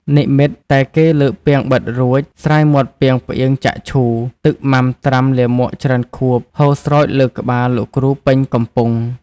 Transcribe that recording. និមិត្ត តែគេលើកពាងបិទរួច ស្រាយមាត់ពាងផ្អៀងចាក់ឈូ "ទឹកម៉ាំត្រាំលាមកច្រើនខួប" ហូរស្រោចលើក្បាលលោកគ្រូពេញកំពុង។